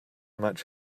much